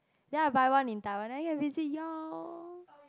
ya buy one in Taiwan then I can visit y'all